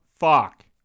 Fuck